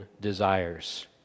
desires